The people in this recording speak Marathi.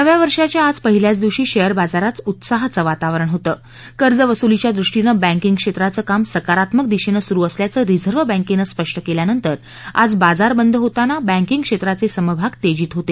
नव्या वर्षाच्या आज पहिल्याच दिवशी शेयर बाजारात उत्साहाचं वातावरण होतं कर्जवसुलीच्या दृष्टीनं बुकिंग क्षेत्राचं काम सकारात्मक दिशेनं सुरु असल्याचं रिझर्व्ह बँकेनं स्पष्ट केल्यानांतर आज बाजार बंद होताना बँकिंग क्षेत्राचे समभाग तेजीत होते